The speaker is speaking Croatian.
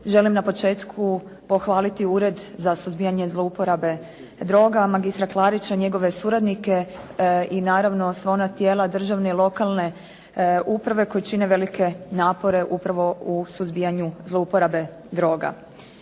Želim na početku pohvaliti Ured za suzbijanje zlouporabe droga, magistra Klarića, njegove suradnike i naravno sva ona tijela državne i lokalne uprave koji čine velike napore upravo u suzbijanju zlouporabe droga.